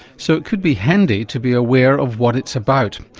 so it could be handy to be aware of what it's about.